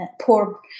poor